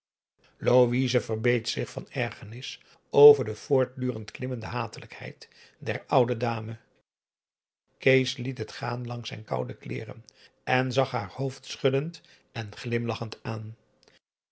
louise verbeet zich van ergernis over de voortdurend klimmende hatelijkheid der oude dame kees liet het gaan langs zijn koude kleeren en zag haar hoofdschuddend en glimlachend aan